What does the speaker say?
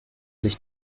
sich